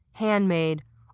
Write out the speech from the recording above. handmade,